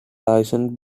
licensed